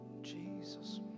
Jesus